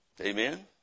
Amen